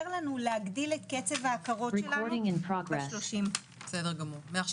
לנו להגדיל את קצב ההכרות שלנו ב-30 אחוז.